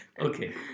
Okay